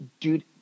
Dude